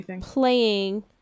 playing